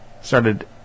Started